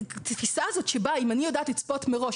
התפיסה הזאת שבה אם אני יודעת לצפות מראש,